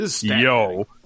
yo